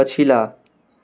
पछिला